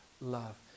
love